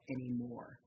anymore